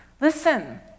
listen